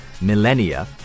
millennia